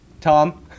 Tom